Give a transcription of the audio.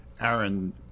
Aaron